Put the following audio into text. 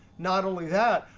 not only that,